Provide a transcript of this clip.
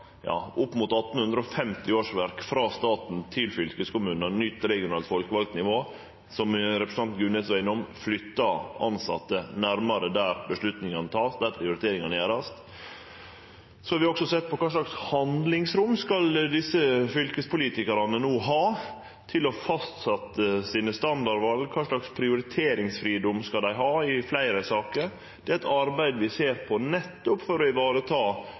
ja. Det gjer vi også, når vi f.eks. no, i tillegg til at vi overfører opp mot 1 850 årsverk frå staten til fylkeskommunane, nytt regionalt folkevald nivå, som representanten Gunnes var innom, flyttar tilsette nærmare der avgjerdene vert tekne, der prioriteringane vert gjorde. Så har vi også sett på kva slags handlingsrom desse fylkespolitikarane no skal ha til å fastsetje sine standardval, kva slags prioriteringsfridom dei skal ha i fleire saker. Det er eit arbeid vi